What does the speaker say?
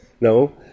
no